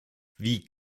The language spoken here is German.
wie